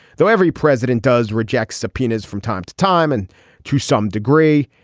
though every president does reject subpoenas from time to time. and to some degree,